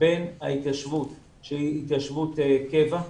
בין ההתיישבות שהיא התיישבות קבע,